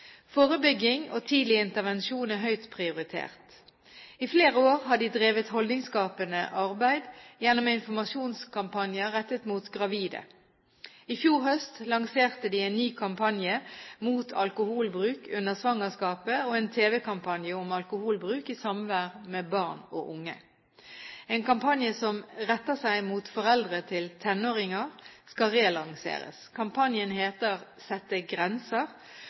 Forebygging og tidlig intervensjon er høyt prioritert. I flere år har de drevet holdningsskapende arbeid gjennom informasjonskampanjer rettet mot gravide. I fjor høst lanserte de en ny kampanje mot alkoholbruk under svangerskapet og en TV-kampanje om alkoholbruk i samvær med barn og unge. En kampanje som retter seg mot foreldre til tenåringer, skal relanseres. Kampanjen heter «sette grenser»,